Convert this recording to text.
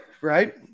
right